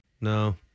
No